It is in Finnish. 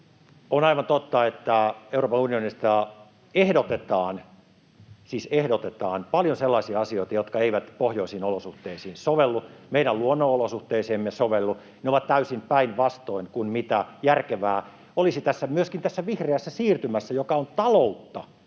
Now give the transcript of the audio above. On aivan totta, että Euroopan unionista ehdotetaan — siis ehdotetaan — paljon sellaisia asioita, jotka eivät pohjoisiin olosuhteisiin, meidän luonnonolosuhteisiimme sovellu, ne ovat täysin päinvastoin kuin mikä olisi järkevää myöskin tässä vihreässä siirtymässä, joka on taloutta,